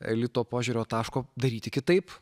elito požiūrio taško daryti kitaip